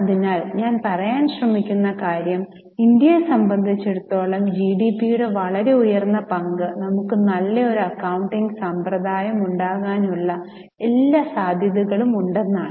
അതിനാൽ ഞാൻ പറയാൻ ശ്രമിക്കുന്ന കാര്യം ഇന്ത്യയെ സംബന്ധിച്ചിടത്തോളം ജിഡിപിയുടെ വളരെ ഉയർന്ന പങ്ക് നമുക്ക് നല്ല ഒരു അക്കൌണ്ടിംഗ് സമ്പ്രദായമുണ്ടാകാനുള്ള എല്ലാ സാധ്യതകളുമുണ്ടെന്നതാണ്